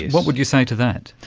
what would you say to that?